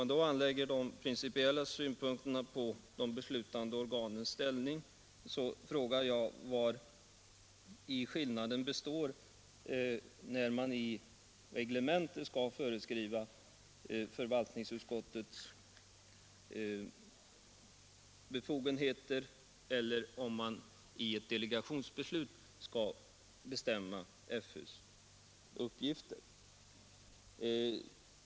Anlägger man då de principiella synpunkterna på de beslutande organens ställning, frågar jag mig vari skillnaden består, om man fastställer förvaltningsutskottets befogenheter i reglemente eller om uppgifterna bestäms genom ett delegationsbeslut.